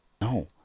No